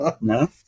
No